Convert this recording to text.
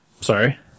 Sorry